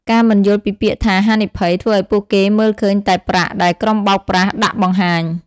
ការមិនយល់ពីពាក្យថា "ហានិភ័យ" ធ្វើឱ្យពួកគេមើលឃើញតែ "ប្រាក់" ដែលក្រុមបោកប្រាស់ដាក់បង្ហាញ។